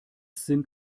sind